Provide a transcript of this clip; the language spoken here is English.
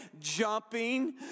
jumping